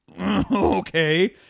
okay